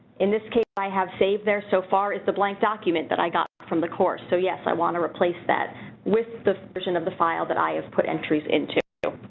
in this case, i have saved their so far is the blank document that i got from the course so, yes, i want to replace that with the version of the file that i have put entries into